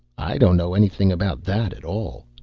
i don't know anything about that at all.